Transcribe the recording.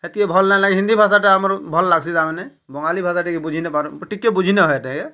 ହେତ୍କି ଭଲ୍ ନାଇଁ ଲାଗେ ହିନ୍ଦୀ ଭାଷାଟା ଆମର୍ ଭଲ୍ ଲାଗ୍ସି ତାମାନେ ବଙ୍ଗାଲି ଭାଷାଟା ଟିକେ ବୁଝି ନାଇପାରୁଁ ଟିକେ ବୁଝିନ ହଏ